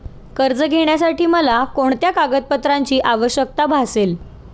कर्ज घेण्यासाठी मला कोणत्या कागदपत्रांची आवश्यकता भासेल?